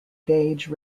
gauge